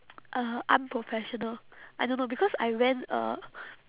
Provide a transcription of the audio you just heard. uh unprofessional I don't know because I went uh